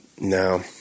No